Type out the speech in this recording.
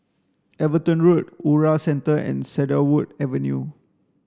Everton Road Ura Centre and Cedarwood Avenue